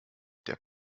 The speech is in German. der